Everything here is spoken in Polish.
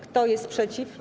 Kto jest przeciw?